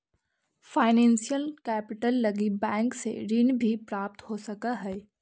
financial capital लगी bank से ऋण भी प्राप्त हो सकऽ हई